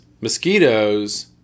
Mosquitoes